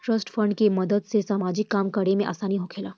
trust fund के मदद से सामाजिक काम करे में आसानी होखेला